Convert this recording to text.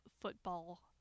football